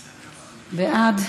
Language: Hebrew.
בעד?